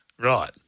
Right